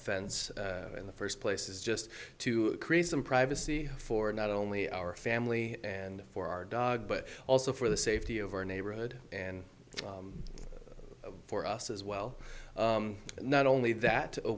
fence in the first place is just to create some privacy for not only our family and for our dog but also for the safety of our neighborhood and for us as well not only that